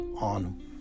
on